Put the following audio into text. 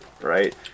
right